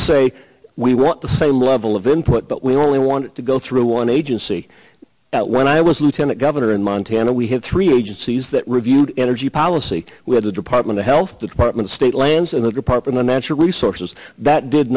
say we want the same level of input but we only want to go through one agency that when i was lieutenant governor in montana we had three agencies that reviewed energy policy we had a department of health department state lands and the department of natural resources that did